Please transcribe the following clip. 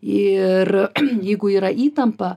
ir jeigu yra įtampa